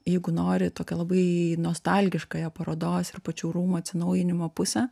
jeigu nori tokią labai nostalgiškąją parodos ir pačių rūmų atsinaujinimo pusę